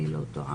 לא,